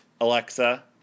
Alexa